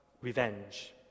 revenge